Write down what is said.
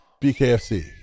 BKFC